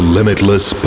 Limitless